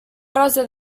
rosa